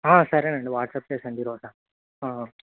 సరేనండి వాట్సాప్ చేసేయండి ఈరోజు